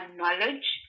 knowledge